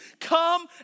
Come